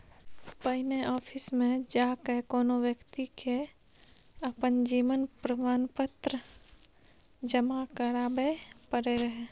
पहिने आफिसमे जा कए कोनो बेकती के अपन जीवन प्रमाण पत्र जमा कराबै परै रहय